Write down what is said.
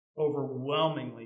overwhelmingly